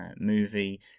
movie